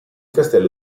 castello